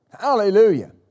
Hallelujah